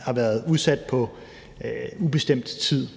har været udsat på ubestemt tid.